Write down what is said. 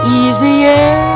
easier